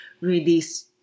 release